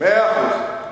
מאה אחוז.